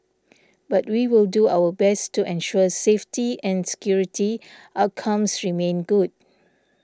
but we will do our best to ensure safety and security outcomes remain good